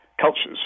cultures